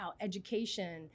education